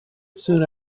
soon